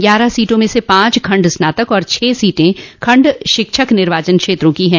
ग्यारह सीटों में से पांच खंड स्नातक और छह सीटे खंड शिक्षक निर्वाचन क्षेत्रों की है